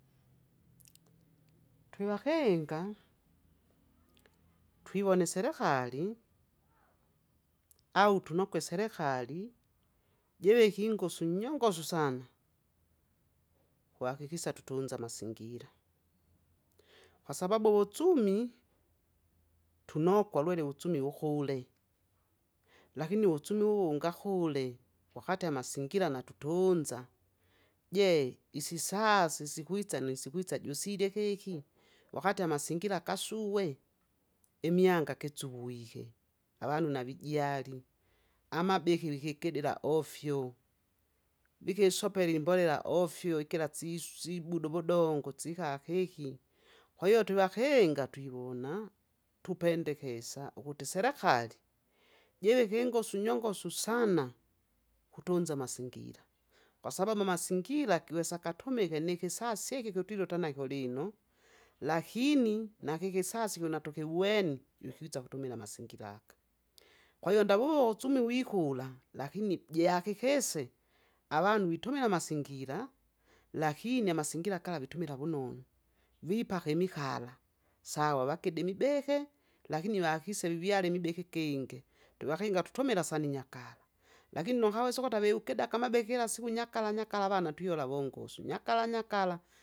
Twiwahenga, twiwoni selehali, au tunuge selehali, jove hingusu nyongosu sana, kwakikisa tutunse masingira. Kwasababu wudzumi, tuno gwalele wudzumi wukhule, lakini wudzumi uungakhule, wakati masingila natutunza, je isisasi siwidza na siwidza dusilya heki, wakati amasingila gasuhwe, imianga gidzuwihe, avanu navijali, amabihi vigedela ofyo, ikeli sope limbolela ofyo, ikela dzisu dzibudu wudongo dziha hehi. Kwaiyo twevahenga twiwona, tupendekesa, uwuti selekali, jeve pingu su nyongosu sana, hutunza masingira, kwa sababu masingira giwesa gatumehe ni kisa sikigutwile tena kulima, lakhini, na kikisasi huno tukigwenu, jifudza kutumila masingila aga, kwaiyo ndawo wudzumi wikhula, lakini jiyakikise, avanu vitumila masingira. Lakini amasingila kala vitumila wunono, vipakhe mikhala, sawa vagebe mibehe, lakini vahikise viyale mibehe gingi, wahenga tutmila sani nyaka, lakini hawesu kuta vigedaga mabehe kila siku nyakala nyakala vana twihola vongoswi nyakala nyakala.